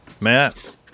Matt